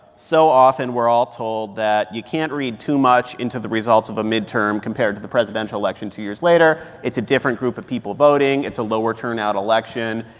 so often, we're all told that you can't read too much into the results of a midterm compared to the presidential election two years later. it's a different group of people voting. it's a lower-turnout election.